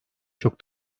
çok